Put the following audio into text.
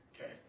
okay